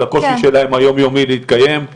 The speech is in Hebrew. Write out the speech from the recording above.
על הקושי שלהן היומיומי להתקיים,